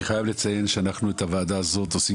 אני חייב לציין שאנחנו את הוועדה הזאת עושים